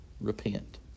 repent